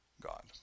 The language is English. God